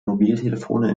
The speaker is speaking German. mobiltelefone